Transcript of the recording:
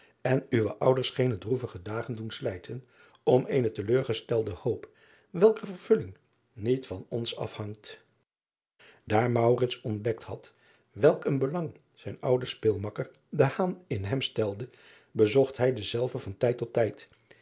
en uwe ouders geene droevige dagen doen slijten om eene teleurgestelde hoop welker vervulling niet van ons afhangt aar ontdekt had welk een belang zijn oude speelmakker in hem stelde bezocht hij denzelven van tijd tot tijd